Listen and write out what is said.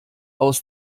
aus